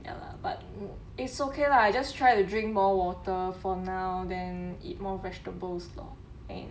ya lah but it's okay lah I just try to drink more water for now then eat more vegetables lor and